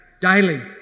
daily